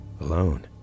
alone